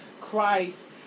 Christ